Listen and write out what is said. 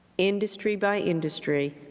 industry by industry,